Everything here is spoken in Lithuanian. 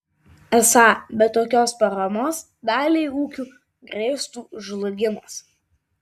esą be tokios paramos daliai ūkių grėstų žlugimas